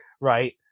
right